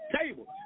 table